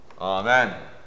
Amen